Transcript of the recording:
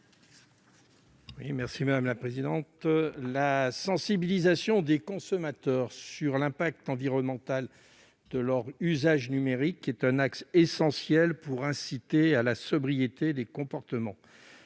M. Gilbert-Luc Devinaz. La sensibilisation des consommateurs à l'impact environnemental de leurs usages numériques est un axe essentiel pour inciter à la sobriété des comportements.